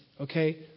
Okay